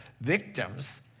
victims